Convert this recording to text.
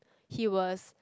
he was